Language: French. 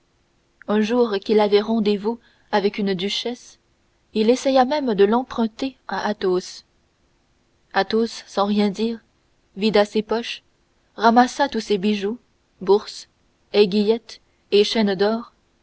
un jour qu'il avait rendez-vous avec une duchesse il essaya même de l'emprunter à athos athos sans rien dire vida ses poches ramassa tous ses bijoux bourses aiguillettes et chaînes d'or